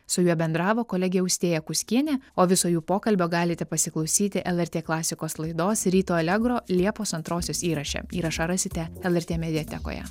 su juo bendravo kolegė austėja kuskienė o viso jų pokalbio galite pasiklausyti lrt klasikos laidos ryto alegro liepos antrosios įraše įrašą rasite lrt mediatekoje